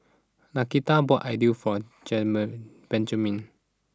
Nakita bought Idili for Germen Benjaman